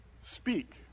Speak